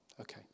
okay